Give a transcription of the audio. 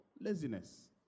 Laziness